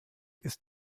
ist